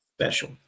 special